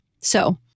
So-